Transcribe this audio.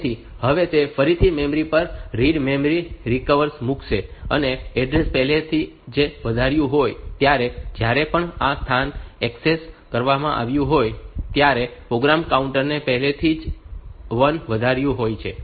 તેથી હવે તે ફરીથી મેમરી પર રીડ મેમરી રિક્વેસ્ટ મૂકશે અને એડ્રેસ પહેલાથી જ એક વધાર્યું હોય ત્યારે જ્યારે પણ આ સ્થાન એક્સેસ કરવામાં આવ્યું હોય ત્યારે પ્રોગ્રામ કાઉન્ટર ને પહેલાથી જ 1 વધાર્યું હોય છે